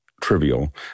trivial